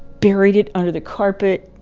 buried it under the carpet